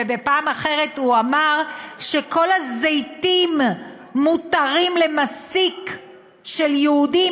ובפעם אחרת הוא אמר שכל הזיתים מותרים למסיק של יהודים,